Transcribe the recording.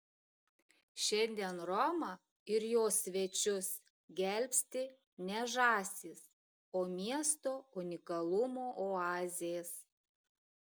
šiandien romą ir jos svečius gelbsti ne žąsys o miesto unikalumo oazės